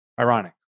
ironic